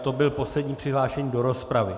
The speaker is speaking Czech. To byl poslední přihlášený do rozpravy.